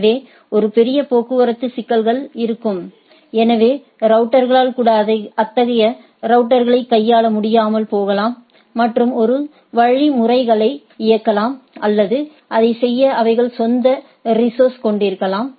எனவே ஒரு பெரிய போக்குவரத்து சிக்கல் இருக்கும் எனவே ரவுட்டர்களால் கூட அத்தகைய நெட்வொர்க்களை கையாள முடியாமல் போகலாம் மற்றும் ஒரு வழிமுறைகளை இயக்கலாம் அல்லது அதைச் செய்ய அவைகள் சொந்த ரிஸோஸர்ஸ்களை கொண்டிருக்கலாம்